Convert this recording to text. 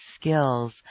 skills